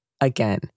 Again